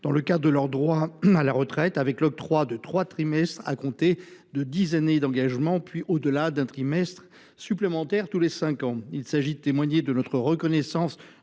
dans le cadre de leurs droits à la retraite, grâce à l’octroi de trois trimestres supplémentaires à partir de dix années d’engagement, puis, au delà, d’un trimestre supplémentaire tous les cinq ans. Il s’agit de témoigner de notre reconnaissance